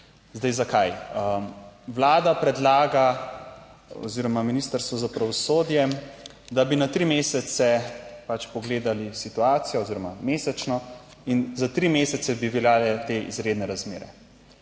dni. Zakaj? Vlada predlaga oziroma Ministrstvu za pravosodje, da bi na tri mesece pač pogledali situacijo oziroma mesečno in za tri mesece bi veljale te izredne razmere.